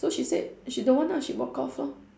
so she said she don't want ah she walk off lor